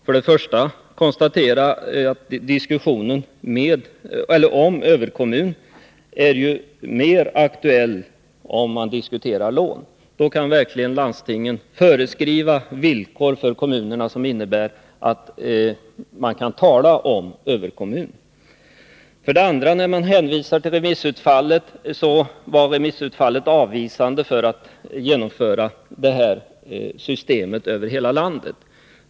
För det första konstaterar jag att diskussionen om överkommun blir mer aktuell om man överväger lån. Då kan verkligen landstingen föreskriva villkor för kommunerna som innebär att man kan tala om överkommun. För det andra var remissutfallet, som man hänvisar till, avvisande till att genomföra det här systemet över hela landet.